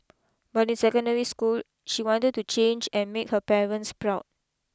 but in secondary school she wanted to change and make her parents proud